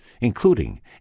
including